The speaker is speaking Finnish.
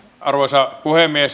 arvoisa puhemies